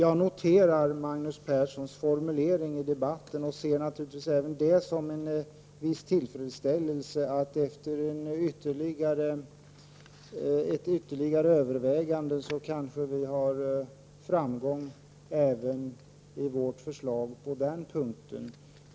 Jag noterar Magnus Perssons formulering i debatten och ser med en viss tillfredsställelse att vi efter kanske ytterligare ett övervägande har framgång även med vårt förslag på den punkten.